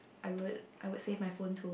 I would I would save my phone too